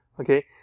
Okay